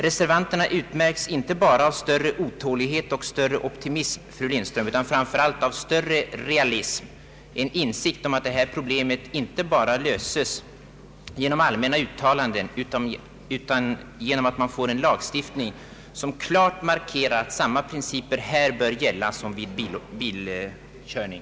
Reservanterna utmärks inte bara av större otålighet och större optimism, fru Lindström, utan framför allt av större realism i insikt om att detta problem inte löses bara genom allmänna uttalanden utan att det behövs en lagstiftning som klart markerar att samma principer bör gälla här som vid bilkörning.